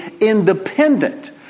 independent